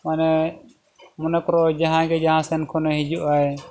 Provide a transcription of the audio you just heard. ᱢᱟᱱᱮ ᱢᱚᱱᱮ ᱠᱚᱨᱚ ᱡᱟᱦᱟᱸᱭ ᱜᱮ ᱡᱟᱦᱟᱸ ᱥᱮᱫ ᱠᱷᱚᱱᱮ ᱦᱤᱡᱩᱜ ᱟᱭ